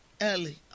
early